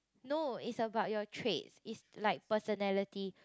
no is about your traits is like personality